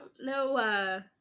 No